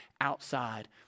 outside